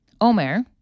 Omer